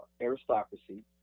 aristocracy